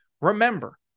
remember